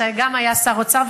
שגם היה שר האוצר,